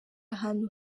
ahantu